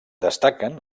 destaquen